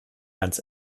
ganz